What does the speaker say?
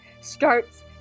starts